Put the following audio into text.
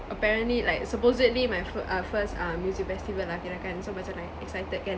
apparently like supposedly my fi~ ah first ah music festival lah kirakan so macam like excited kan